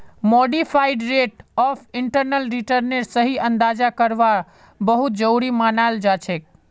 modified rate of internal रिटर्नेर सही अंदाजा करवा बहुत जरूरी मनाल जाछेक